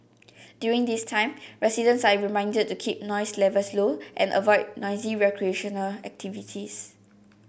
during this time residents are reminded to keep noise levels low and avoid noisy recreational activities